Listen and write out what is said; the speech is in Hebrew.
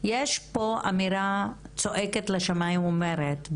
אז ההיגיון המסדר בא ואומר את מה שאמרתי בתחילת דבריי,